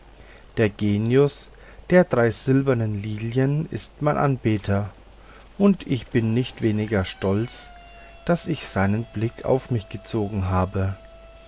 der genius der drei silbernen lilien ist mein anbeter und ich bin nicht wenig stolz daß ich seine blicke auf mich gezogen habe